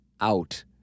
out